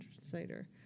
cider